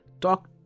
talk